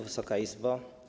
Wysoka Izbo!